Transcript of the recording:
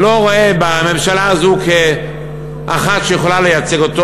לא רואה בממשלה הזו אחת שיכולה לייצג,